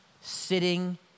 sitting